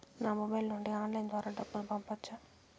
నా మొబైల్ నుండి ఆన్లైన్ ద్వారా డబ్బును పంపొచ్చా